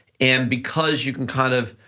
and because you can kind of,